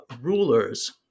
rulers